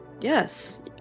yes